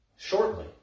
Shortly